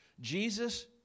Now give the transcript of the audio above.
Jesus